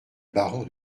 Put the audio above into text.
baron